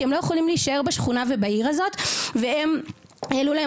הם לא יכולים להישאר בשכונה ובעיר הזאת והעלו להם